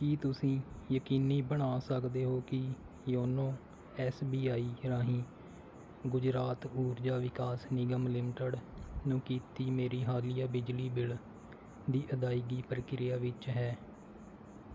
ਕੀ ਤੁਸੀਂ ਯਕੀਨੀ ਬਣਾ ਸਕਦੇ ਹੋ ਕਿ ਯੋਨੋ ਐਸ ਬੀ ਆਈ ਰਾਹੀਂ ਗੁਜਰਾਤ ਉਰਜਾ ਵਿਕਾਸ ਨਿਗਮ ਲਿਮਟਿਡ ਨੂੰ ਕੀਤੀ ਮੇਰੀ ਹਾਲੀਆ ਬਿਜਲੀ ਬਿੱਲ ਦੀ ਅਦਾਇਗੀ ਪ੍ਰਕਿਰਿਆ ਵਿੱਚ ਹੈ